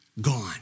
Gone